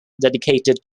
dedicated